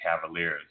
Cavaliers